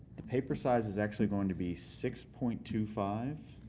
the paper size is actually going to be six point two five